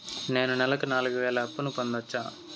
నేను నెలకు నాలుగు వేలు అప్పును పొందొచ్చా?